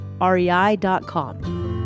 REI.com